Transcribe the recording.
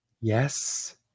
Yes